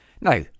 Now